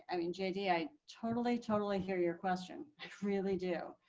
i mean, jd, and i totally, totally hear your question really do.